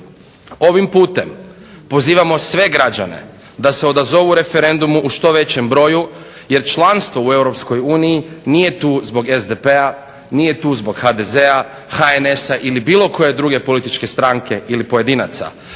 Ovim putem pozivamo sve građane da se odazovu referendumu u što većem broju jer članstvo u Europskoj uniji nije tu zbog SDP-a, nije tu zbog HDZ-a, HNS-a ili bilo koje druge političke stranke ili pojedinaca.